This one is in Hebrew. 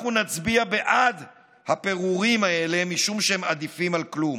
אנחנו נצביע בעד הפירורים האלה משום שהם עדיפים על כלום,